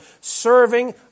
serving